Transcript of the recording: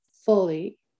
fully